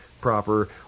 proper